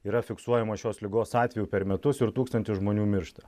yra fiksuojamos šios ligos atvejų per metus ir tūkstantis žmonių miršta